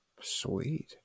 Sweet